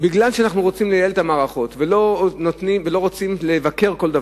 בגלל שאנחנו רוצים לייעל את המערכות ולא רוצים